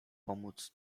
pomóc